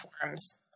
forms